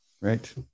right